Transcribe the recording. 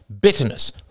bitterness